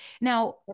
Now